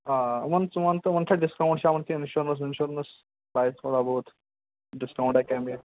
آ ؤنۍ ژٕ ون تہٕ وونۍ چھا ڈِسکاونٹ چھا ونۍ کیٚنٛہہ اینشورَنس وِنشورنس لَیِِک تھوڑا بہت ڈِسکاونٹا کیٚنٛہہ میٚلہِ